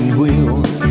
wheels